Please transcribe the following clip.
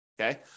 Okay